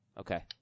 Okay